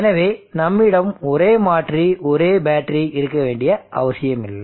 எனவே நம்மிடம் ஒரே மாற்றி ஒரே பேட்டரி இருக்க வேண்டிய அவசியமில்லை